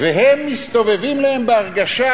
והם מסתובבים להם בהרגשה,